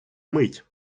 мить